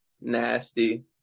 nasty